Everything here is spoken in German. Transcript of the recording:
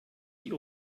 die